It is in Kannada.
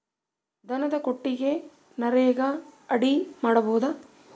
ದನದ ಕೊಟ್ಟಿಗಿ ನರೆಗಾ ಅಡಿ ಮಾಡಬಹುದಾ?